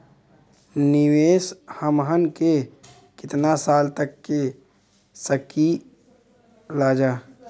निवेश हमहन के कितना साल तक के सकीलाजा?